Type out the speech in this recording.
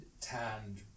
tanned